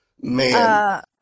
Man